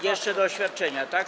Jeszcze do oświadczenia, tak?